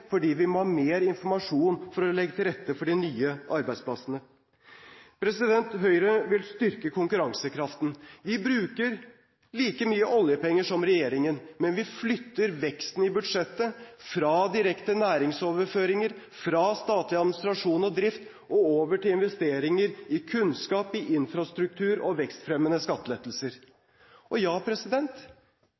fordi vi må ha mer informasjon for å legge til rette for de nye arbeidsplassene. Høyre vil styrke konkurransekraften. Vi bruker like mye oljepenger som regjeringen, men vi flytter veksten i budsjettet fra direkte næringsoverføringer fra statlig administrasjon og drift og over til investeringer i kunnskap, infrastruktur og vekstfremmende skattelettelser. Ja, det er moderne og